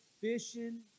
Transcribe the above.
fishing